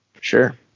sure